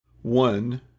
One